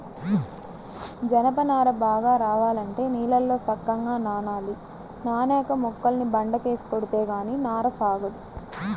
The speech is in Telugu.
జనప నార బాగా రావాలంటే నీళ్ళల్లో సక్కంగా నానాలి, నానేక మొక్కల్ని బండకేసి కొడితే గానీ నార సాగదు